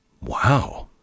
Wow